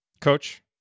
Coach